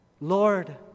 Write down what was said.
Lord